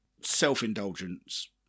self-indulgence